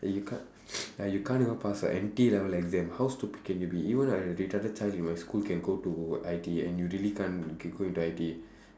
you can't like you can't even pass a N_T level exam how stupid can you be even a retarded child in my school can go to I_T_E and you really can't you can go into I_T_E